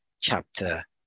chapter